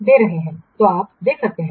तो आप देख सकते हैं